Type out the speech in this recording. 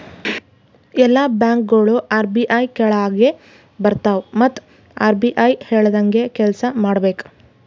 ಎಲ್ಲಾ ಬ್ಯಾಂಕ್ಗೋಳು ಆರ್.ಬಿ.ಐ ಕೆಳಾಗೆ ಬರ್ತವ್ ಮತ್ ಆರ್.ಬಿ.ಐ ಹೇಳ್ದಂಗೆ ಕೆಲ್ಸಾ ಮಾಡ್ಬೇಕ್